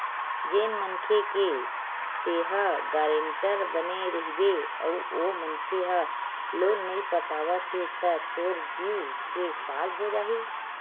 जेन मनखे के तेंहा गारेंटर बने रहिबे अउ ओ मनखे ह लोन नइ पटावत हे त तोर जींव के काल हो जाही